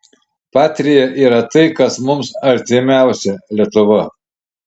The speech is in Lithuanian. patria yra tai kas mums artimiausia lietuva